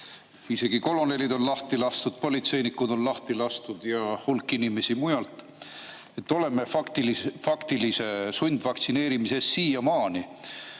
Isegi kolonelid on lahti lastud, politseinikud on lahti lastud ja hulk inimesi mujalt. Oleme faktilise sundvaktsineerimise ees siiamaani.